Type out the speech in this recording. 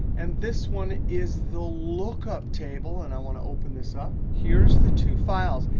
and this one is the lookup table. and i want to open this up. here's the two files.